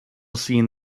seen